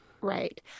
Right